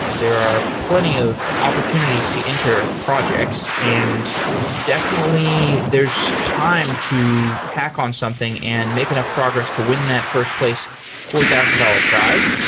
there are plenty of opportunities to enter projects, and definitely there's time to hack on something and make enough progress to win that first place four thousand dollars prize.